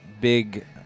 big